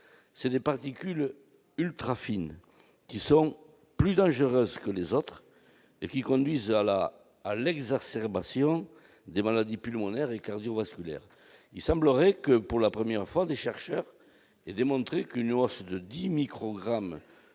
ce sont les particules ultrafines, plus dangereuses encore que les autres et qui conduisent à l'exacerbation des maladies pulmonaires et cardiovasculaires. Il semblerait que, pour la première fois, des chercheurs aient démontré qu'une hausse de 10 microgrammes